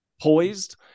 poised